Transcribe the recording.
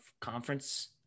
conference